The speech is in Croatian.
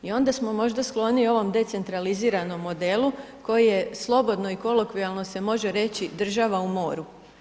I onda smo možda skloniji ovom decentraliziranom modelu koji je slobodno i kolokvijalno se može reći država u moru.